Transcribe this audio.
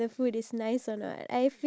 um moody